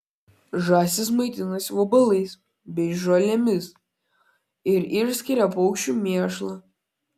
žąsys maitinasi vabalais bei žolėmis ir išskiria paukščių mėšlą